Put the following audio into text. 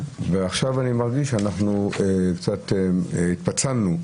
ועכשיו אני מרגיש שאנחנו קצת התפצלנו.